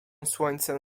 słońcem